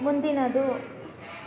ಮುಂದಿನದು